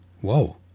Whoa